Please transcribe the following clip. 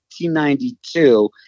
1992